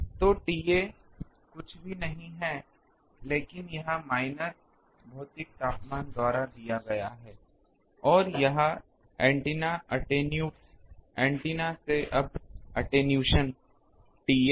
तो TA कुछ भी नहीं है लेकिन यह माइनस भौतिक तापमान द्वारा दिया गया है और यह ऐन्टेना अटेन्यूएट्स ऐन्टेना से अब अट्ठेनुअशन TA है